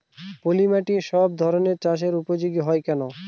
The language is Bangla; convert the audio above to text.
পলিমাটি সব ধরনের চাষের উপযোগী হয় কেন?